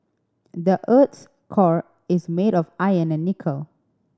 the earth's core is made of iron and nickel